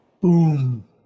boom